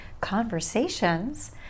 conversations